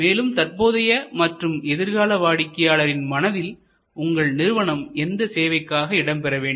மேலும் தற்போதைய மற்றும் எதிர்கால வாடிக்கையாளர்களின் மனதில் உங்கள் நிறுவனம் எந்த சேவைக்காக இடம்பெற வேண்டும்